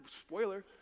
Spoiler